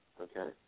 Okay